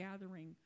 gathering